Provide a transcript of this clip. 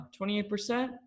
28%